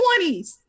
20s